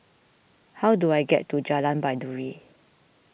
how do I get to Jalan Baiduri